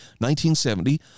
1970